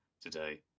today